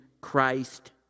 Christ